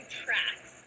tracks